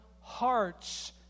hearts